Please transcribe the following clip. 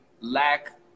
lack